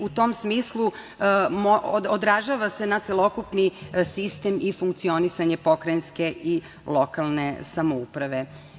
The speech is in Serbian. U tom smislu, odražava se na celokupni sistem i funkcionisanje pokrajinske i lokalne samouprave.